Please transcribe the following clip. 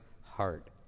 heart